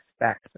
expect